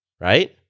right